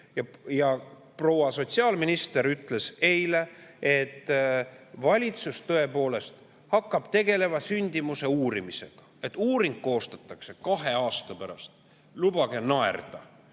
Proua sotsiaalminister ütles eile, et valitsus tõepoolest hakkab tegelema sündimuse uurimisega. Uuring koostatakse kahe aasta pärast. Lubage naerda!